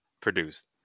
produced